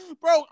bro